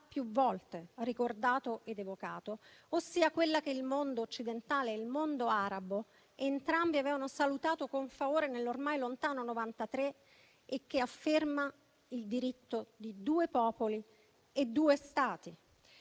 più volte ricordato ed evocato, ossia quella che il mondo occidentale e il mondo arabo entrambi avevano salutato con favore nell'ormai lontano 1993 e che afferma il diritto a due popoli e due Stati.